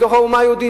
בתוך האומה היהודית,